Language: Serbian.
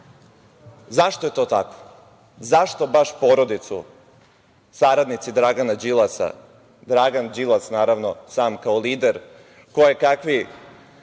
zašto je to tako? Zašto baš porodicu saradnici Dragana Đilasa, Dragan Đilas, naravno, sam kao lider, koje kakvi